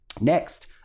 Next